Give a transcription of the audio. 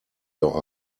your